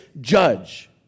judge